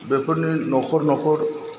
बेफोरनि नखर नखर